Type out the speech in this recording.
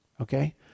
okay